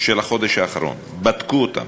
של החודש האחרון, בדקו אותם